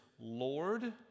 Lord